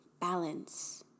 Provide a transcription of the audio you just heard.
balance